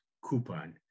Coupon